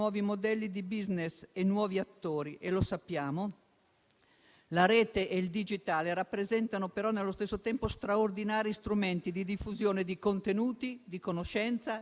Certo, ci siamo anche accorti di quanto lo spazio digitale non sia accessibile a tutti nello stesso modo e di come non tutti e non tutte siano nelle condizioni di beneficiarne equamente.